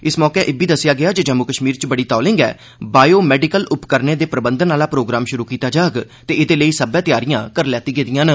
इस मौके इब्बी दस्सेआ गेआ जे जम्मू कष्मीर च बड़ी तौले गै बायो मैडिकल उपकरणें दे प्रबंधन आह्ला प्रोग्राम षुरु कीता जाग ते एह्दे लेई सब्बै तैयारियां करी लैती गेदिआं न